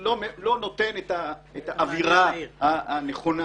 לא נותן את האווירה הנכונה.